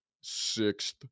sixth